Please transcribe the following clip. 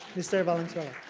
mr. valenzuela.